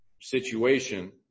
situation